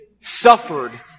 suffered